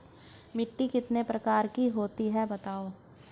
मिट्टी कितने प्रकार की होती हैं बताओ?